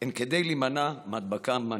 הן כדי להימנע מהדבקה בנגיף.